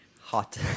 Hot